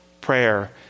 Prayer